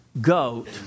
goat